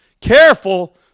careful